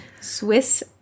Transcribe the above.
Swiss